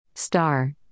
Star